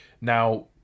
Now